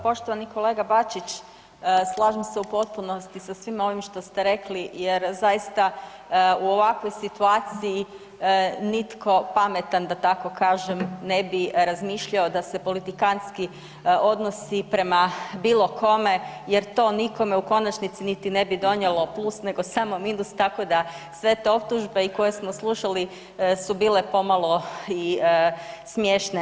Poštovani kolega Bačić slažem se u potpunosti sa svim ovim što ste rekli jer zaista u ovakvoj situaciji nitko pametan da tako kažem ne bi razmišljao da se politikantski odnosi prema bilo kome jer to nikome u konačnici niti ne bi donijelo plus nego samo minus tako da sve te optužbe i koje smo slušali su bile pomalo i smiješne.